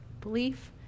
Belief